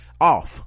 off